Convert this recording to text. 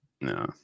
No